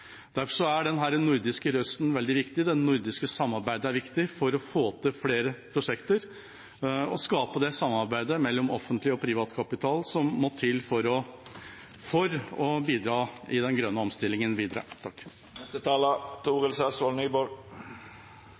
er denne nordiske røsten veldig viktig. Det nordiske samarbeidet er viktig for å få til flere prosjekter og skape det samarbeidet mellom offentlig og privat kapital som må til for å bidra i den